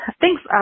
Thanks